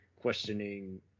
questioning